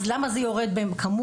אז מדוע זה יורד בכמות?